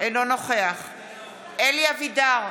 אינו נוכח אלי אבידר,